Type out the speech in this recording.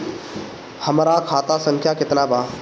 हमरा खाता संख्या केतना बा?